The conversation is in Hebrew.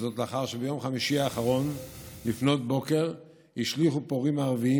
לאחר שביום חמישי האחרון לפנות בוקר השליכו פורעים ערבים